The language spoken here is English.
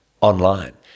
online